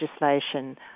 legislation